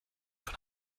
von